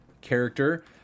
character